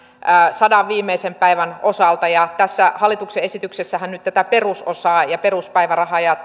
sadan viimeisen päivän osalta tässä hallituksen esityksessähän nyt tätä perusosaa ja peruspäivärahaa ja